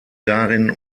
darin